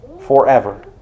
forever